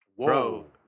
Whoa